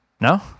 No